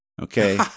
Okay